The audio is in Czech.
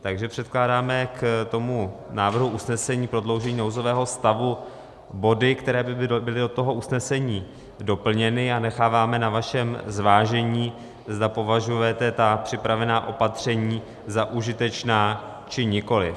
Takže předkládáme k tomu návrhu usnesení prodloužení nouzového stavu body, které by byly do toho usnesení doplněny, a necháváme na vašem zvážení, zda považujete ta připravená opatření za užitečná, či nikoliv.